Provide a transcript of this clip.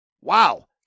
Wow